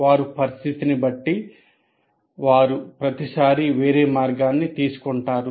వారు పరిస్థితిని బట్టి వారు ప్రతిసారీ వేరే మార్గాన్ని తీసుకుంటారు